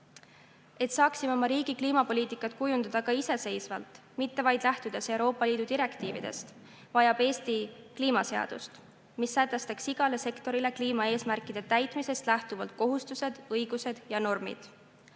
Et saaksime oma riigi kliimapoliitikat kujundada ka iseseisvalt, mitte vaid lähtudes Euroopa Liidu direktiividest, vajab Eesti kliimaseadust, mis sätestaks igale sektorile kliimaeesmärkide täitmisest lähtuvalt kohustused, õigused ja normid.